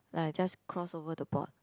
like I just cross over the board